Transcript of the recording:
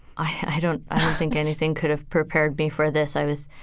i don't think anything could have prepared me for this. i was,